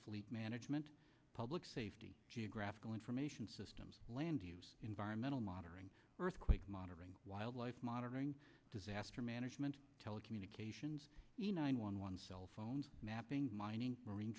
fleet management public safety geographical information systems land use environmental monitoring earthquake monitoring wildlife monitoring disaster management telecommunications the nine one one cell phones mapping mining marine